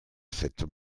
cette